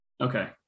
Okay